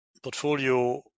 portfolio